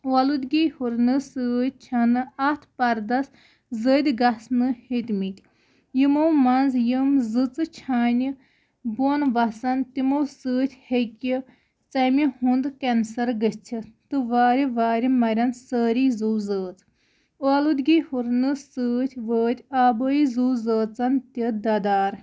اولوٗدگی ہُرنہٕ سۭتۍ چھَنہٕ اَتھ پَردَس زٔدۍ گژھنہٕ ہیٚتمٕتۍ یِمو منٛز یِم زٕژٕ چھانہِ بوٚن وَسان تِمو سۭتۍ ہیٚکہِ ژَمہِ ہُںٛد کینسَر گٔژھِتھ تہٕ وارِ وارِ مرن سٲری زُو زٲژ اولوٗدگی ہُرنہٕ سۭتۍ وٲتۍ آبٲیی زُو زٲژَن تہِ دَدارٕ